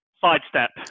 Sidestep